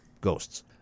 Ghosts